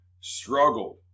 struggled